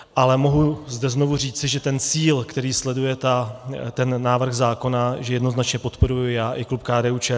Ale mohu zde znovu říci, že ten cíl, který sleduje ten návrh zákona, jednoznačně podporuji já i klub KDUČSL.